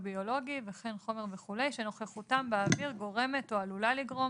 ביולוגי וכן חומר וכדומה שנוכחותם באוויר גורמת או עלולה לגרום